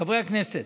חברי הכנסת,